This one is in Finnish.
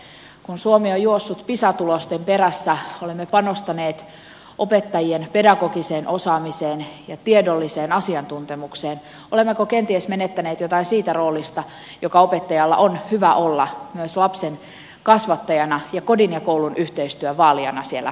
kun suomi on juossut pisa tulosten perässä olemme panostaneet opettajien pedagogiseen osaamiseen ja tiedolliseen asiantuntemukseen olemmeko kenties menettäneet jotain siitä roolista joka opettajalla on hyvä olla myös lapsen kasvattajana ja kodin ja koulun yhteistyön vaalijana siellä koulun puolella